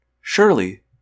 Surely